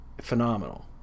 phenomenal